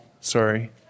sorry